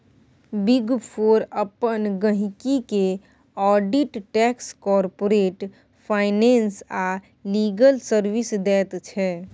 big four अपन गहिंकी केँ आडिट टैक्स, कारपोरेट फाइनेंस आ लीगल सर्विस दैत छै